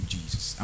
Jesus